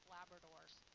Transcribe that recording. Labradors